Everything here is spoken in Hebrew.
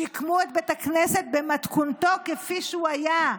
שיקמו את בית הכנסת במתכונתו כפי שהוא היה.